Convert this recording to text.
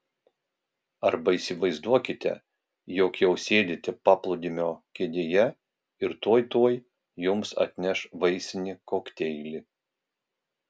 arba įsivaizduokite jog jau sėdite paplūdimio kėdėje ir tuoj tuoj jums atneš vaisinį kokteilį